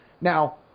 Now